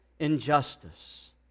Injustice